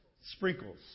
Sprinkles